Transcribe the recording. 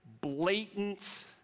blatant